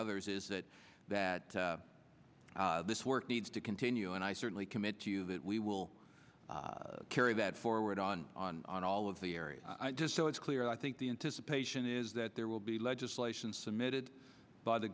others is that that this work needs to continue and i certainly commit to you that we will carry that forward on on on all of the areas just so it's clear i think the anticipation is that there will be legislation submitted by the